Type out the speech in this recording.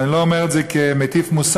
ואני לא אומר את זה כמטיף מוסר,